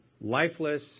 lifeless